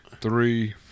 three